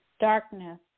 darkness